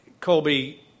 Colby